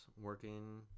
working